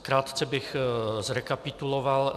Krátce bych zrekapituloval.